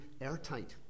airtight